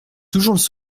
toujours